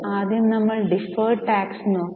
ആദ്യം നമ്മൾ deferred tax നോക്കി